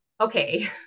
okay